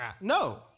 No